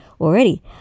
already